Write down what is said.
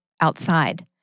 outside